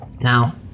Now